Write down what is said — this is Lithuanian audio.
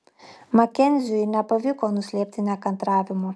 makenziui nepavyko nuslėpti nekantravimo